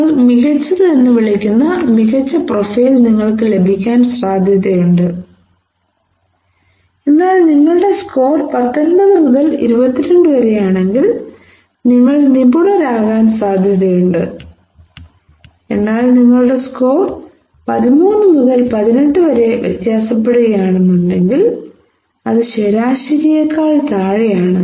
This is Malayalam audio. നിങ്ങൾ മികച്ചത് എന്ന് വിളിക്കുന്ന മികച്ച പ്രൊഫൈൽ നിങ്ങൾക്ക് ലഭിക്കാൻ സാധ്യതയുണ്ട് എന്നാൽ നിങ്ങളുടെ സ്കോർ പത്തൊൻപത് മുതൽ ഇരുപത്തിരണ്ട് വരെയാണെങ്കിൽ നിങ്ങൾ നിപുണരാകാൻ സാധ്യതയുണ്ട് എന്നാൽ നിങ്ങളുടെ സ്കോർ പതിമൂന്ന് മുതൽ പതിനെട്ട് വരെ വ്യത്യാസപ്പെടുകയാണെങ്കിൽ അത് ശരാശരിയേക്കാൾ താഴെയാണ്